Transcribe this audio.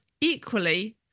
equally